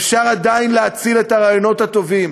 אפשר עדיין להציל את הרעיונות הטובים,